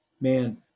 man